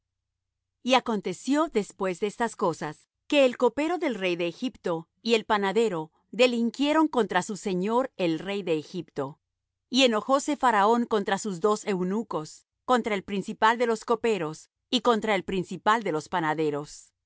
y acontecio después de estas cosas que el copero del rey de egipto y el panadero delinquieron contra su señor el rey de egipto y enojóse faraón contra sus dos eunucos contra el principal de los coperos y contra el principal de los panaderos